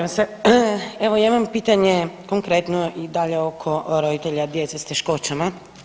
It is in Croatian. Evo ja imam pitanje konkretno i dalje oko roditelja djece s teškoćama.